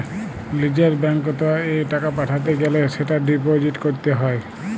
লিজের ব্যাঙ্কত এ টাকা পাঠাতে গ্যালে সেটা ডিপোজিট ক্যরত হ্য়